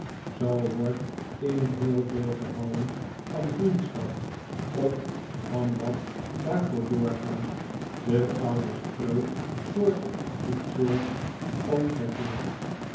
zoo wordt in heel veel gevallen van vriendschap of van wat daarvoor doorgaat de oude spreuk soort zoekt soort omgekeerd